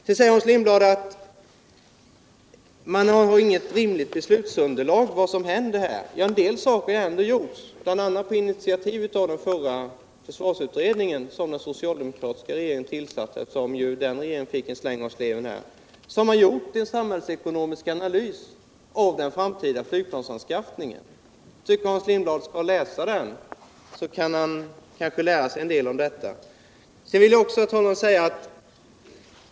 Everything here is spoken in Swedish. Sedan säger Hans Lindblad att det inte finns något rimligt beslutsunderlag. Men en del saker har ändå gjorts, bl.a. på initiativ av den förra försvarsutredningen, som tillsattes av den soc:aldemokratiska regeringen, vilken här fick en släng av sleven. Det har gjorts en samhällsekonomisk analys av den framtida flygplansanskaffningen. Jag tycker att Hans Lindblad skall läsa den analysen — han kan då kanske lära sig en del om detta.